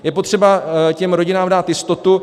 Je potřeba těm rodinám dát jistotu.